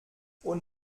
und